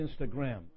Instagram